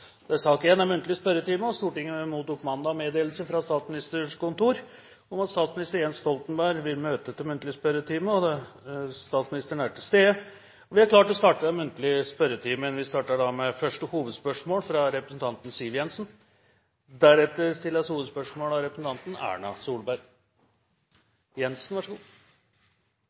Stortinget mottok mandag meddelelse fra Statsministerens kontor om at statsminister Jens Stoltenberg vil møte til muntlig spørretime. Statsministeren er til stede, og vi er klare til å starte den muntlige spørretimen. Vi starter med første hovedspørsmål, fra representanten Siv Jensen. Vi nærmer oss julehøytiden med stormskritt, og jeg vil derfor benytte anledningen til å ønske statsministeren en riktig god